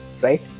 right